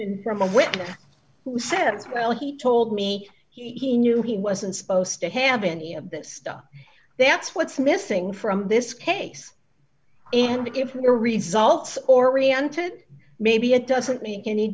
of a witness who said well he told me he knew he wasn't supposed to have any of this stuff that is what's missing from this case and if we're results oriented maybe it doesn't make any